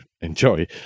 enjoy